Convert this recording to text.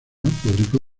publicó